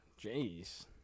Jeez